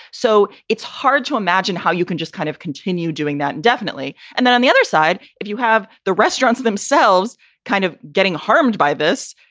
so it's hard to imagine how you can just kind of continue doing that. and definitely. and then on the other side, if you have the restaurants themselves kind of getting harmed by this,